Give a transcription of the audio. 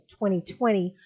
2020